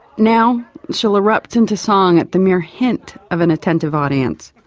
now she'll erupt into song at the mere hint of an attentive audience.